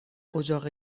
اجاق